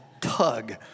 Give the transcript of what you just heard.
tug